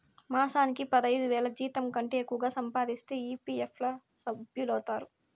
మాసానికి పదైదువేల జీతంకంటే ఎక్కువగా సంపాదిస్తే ఈ.పీ.ఎఫ్ ల సభ్యులౌతారు